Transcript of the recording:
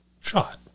shot